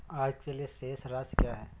आज के लिए शेष राशि क्या है?